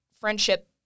friendship